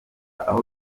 aho